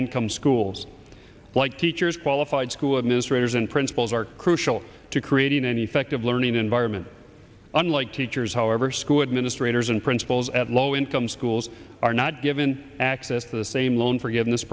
income schools like teachers qualified school administrators and principals are crucial to creating an effective learning environment unlike teachers however school administrators and principals at low income schools are not given access the same loan forgiveness